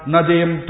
Nadim